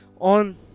on